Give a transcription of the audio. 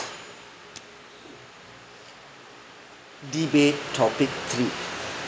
debate topic three